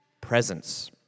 presence